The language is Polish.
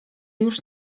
już